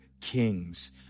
kings